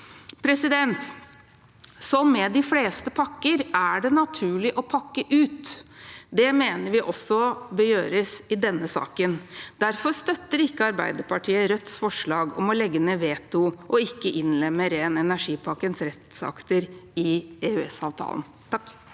Som med de fleste pakker er det naturlig å pakke ut. Det mener vi også bør gjøres i denne saken. Derfor støtter ikke Arbeiderpartiet Rødts forslag om å legge ned veto og ikke innlemme ren energi-pakkens rettsakter i EØS-avtalen. Marit